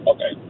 Okay